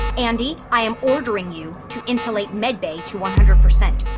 andi i am ordering you to insulate med bay to one hundred percent.